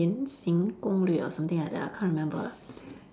延禧攻略:yan xi gong lue or something like that ah I can't remember lah